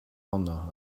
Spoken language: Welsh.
honno